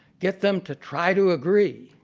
get them to try to agree.